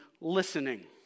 listening